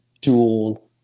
dual